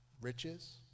riches